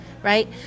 Right